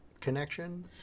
connection